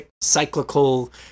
cyclical